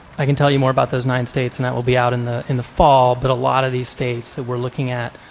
i can tell you more about those nine states and that will be out in the in the fall, but a lot of these states that we're looking at,